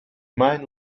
man